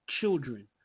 children